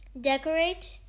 decorate